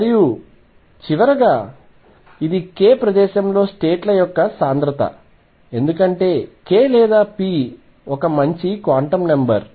మరయు చివరగా ఇది k ప్రదేశంలో స్టేట్ ల సాంద్రత ఎందుకంటే k లేదా p మంచి క్వాంటం నెంబర్